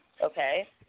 Okay